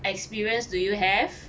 experience do you have